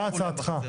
מה הצעתך?